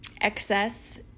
excess